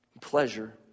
pleasure